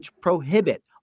prohibit